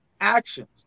actions